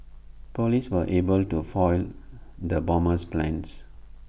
Police were able to foil the bomber's plans